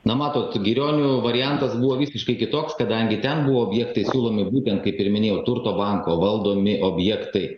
na matote girionių variantas buvo visiškai kitoks kadangi ten objektai siūlomi būtent kaip pirminiai turto banko valdomi objektai